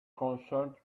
concerned